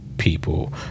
people